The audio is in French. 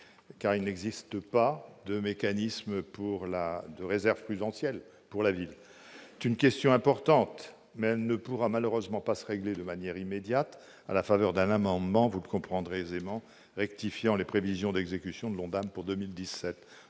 car il n'existe pas de mécanisme pour la de réserve présidentielle pour la ville est une question importante, mais ne pourra malheureusement pas se régler de manière immédiate, à la faveur d'un amendement, vous comprendrez aisément, rectifiant les prévisions d'exécution de l'Ondam pour 2017,